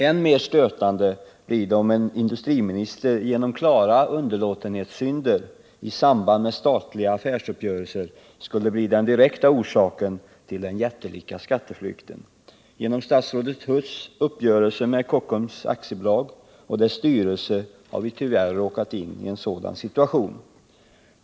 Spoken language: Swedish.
Än mer stötande blir det, om en industriminister genom klara underlåtenhetssynder i samband med statliga affärsuppgörelser skulle bli den direkta orsaken till den jättelika skatteflykten. Genom statsrådet Huss uppgörelse med Kockums AB och dess styrelse har vi tyvärr råkat in i en sådan situation.